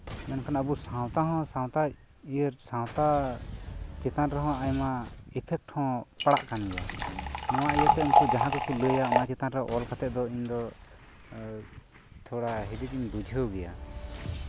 ᱢᱮᱱᱠᱷᱟᱱ ᱟᱵᱚ ᱥᱟᱶᱛᱟ ᱦᱚᱸ ᱥᱟᱶᱛᱟ ᱤᱭᱟᱹ ᱪᱮᱛᱟᱱ ᱨᱮᱦᱚᱸ ᱟᱭᱢᱟ ᱤᱯᱷᱮᱠᱴ ᱦᱚᱸ ᱯᱟᱲᱟᱜ ᱠᱟᱱᱜᱮᱭᱟ ᱱᱚᱶᱟ ᱤᱭᱟᱹᱛᱮ ᱩᱱᱠᱩ ᱡᱟᱦᱟᱸ ᱠᱚᱠᱩᱚ ᱞᱟᱹᱭᱟ ᱚᱱᱟ ᱪᱮᱛᱟᱱᱨᱮ ᱚᱞᱠᱟᱛᱮᱜ ᱫᱚ ᱤᱧ ᱫᱚ ᱛᱷᱚᱲᱟ ᱦᱤᱸᱫᱤᱡ ᱤᱧ ᱵᱩᱡᱷᱟᱹᱣ ᱜᱮᱭᱟ